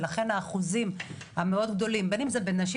ולכן האחוזים המאוד גדולים בין אם זה בין נשים,